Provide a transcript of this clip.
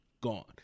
gone